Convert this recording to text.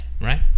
Right